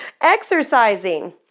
Exercising